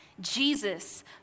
Jesus